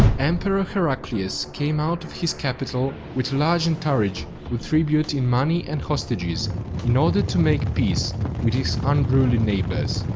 emperor heraklion came out of his capital with a large entourage with tribute in money and hostages in order to make pace with his unruly neighbors.